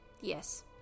yes